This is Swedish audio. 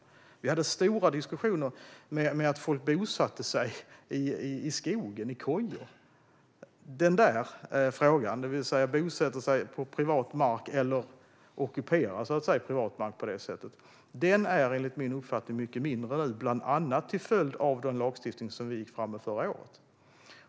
Det pågick också stora diskussioner om att folk bosatte sig i skogen, i kojor. Den frågan, det vill säga att man bosätter sig på privat mark eller ockuperar privat mark på det sättet, är enligt min uppfattning mycket mindre nu, bland annat till följd av den lagstiftning som vi gick fram med förra året.